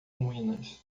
ruínas